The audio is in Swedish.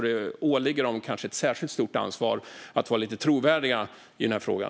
Det åligger kanske partiet ett särskilt stort ansvar att vara lite trovärdigt i frågan.